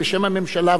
בשם הממשלה,